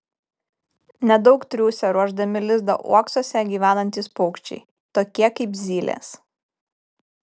nedaug triūsia ruošdami lizdą uoksuose gyvenantys paukščiai tokie kaip zylės